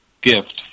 gift